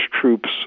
troops